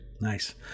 Nice